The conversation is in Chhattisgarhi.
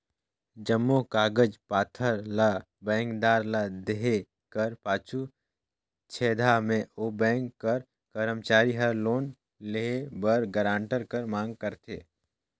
जम्मो कागज पाथर ल बेंकदार ल देहे कर पाछू छेदहा में ओ बेंक कर करमचारी हर लोन लेहे बर गारंटर कर मांग करथे